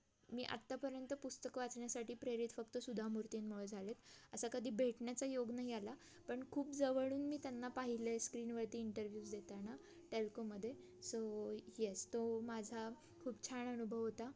मी आत्तापर्यंत पुस्तकं वाचण्यासाठी प्रेरित फक्त सुधा मूर्तींमुळे झाले आहेत असा कधी भेटण्याचा योग नाही आला पण खूप जवळून मी त्यांना पाहिले स्क्रीनवरती इंटरव्ह्यूज देताना टेल्कोमध्ये सो यस तो माझा खूप छान अनुभव होता